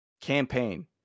Campaign